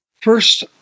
First